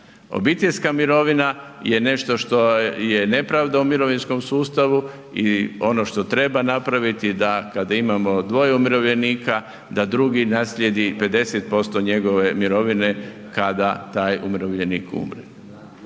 Obiteljska mirovina je nešto što je nepravda u mirovinskom sustavu i ono što treba napraviti da kada imamo dvoje umirovljenika da drugi naslijedi 50% njegove mirovine kada taj umirovljenik umre.